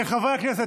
חברי הכנסת,